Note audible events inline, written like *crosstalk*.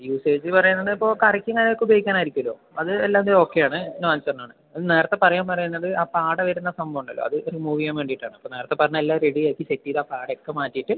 usage പറയുന്നത് ഇപ്പോൾ കറിക്കും അതിന് ഒക്കെ ഉപയോഗിക്കാൻ ആയിരിക്കുമല്ലൊ അത് അല്ലാണ്ട് ഓക്കെ ആണ് *unintelligible* ആണ് അത് നേരത്തെ പറയാൻ പറയുന്നത് ആ പാട വരുന്നത് സംഭവം ഉണ്ടല്ലൊ അത് റിമൂവ് ചെയ്യാൻ വേണ്ടിയിട്ട് ആണ് അപ്പം നേരത്തെ പറഞ്ഞ എല്ലാം റെഡി ആക്കി സെറ്റ് ചെയ്ത് ആ പാട ഒക്കെ മാറ്റിയിട്ട്